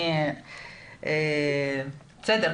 בסדר.